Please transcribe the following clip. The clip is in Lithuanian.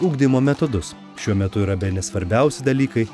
ugdymo metodus šiuo metu yra bene svarbiausi dalykai